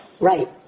Right